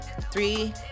Three